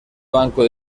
banco